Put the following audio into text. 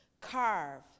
carve